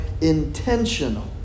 intentional